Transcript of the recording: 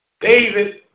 David